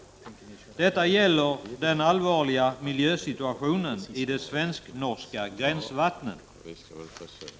Detta gäller den allvarliga miljösituationen i de svensk-norska gränsvattnen.